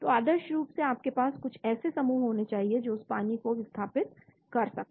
तो आदर्श रूप से आपके पास कुछ ऐसे समूह होने चाहिए जो उस पानी को विस्थापित कर सकें